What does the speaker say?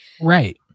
Right